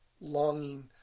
longing